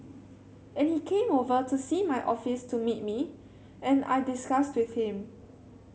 and he came over to see my office to meet me and I discussed with him